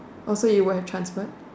so you would have transferred